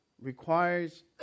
requires